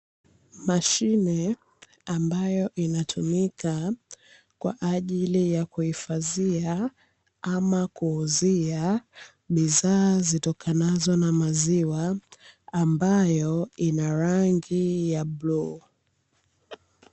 Mashine ambayo inatumika kwa ajili ya kuhifadhia ama kuuzia bidhaa, zitokanazo na maziwa ambayo Ina rangi ya bluu.